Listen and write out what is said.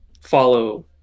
follow